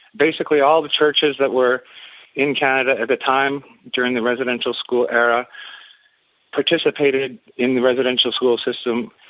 basically all the churches that were in canada at the time during the residential school era participated in the residential school system,